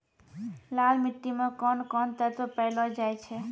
लाल मिट्टी मे कोंन कोंन तत्व पैलो जाय छै?